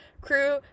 crew